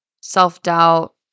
self-doubt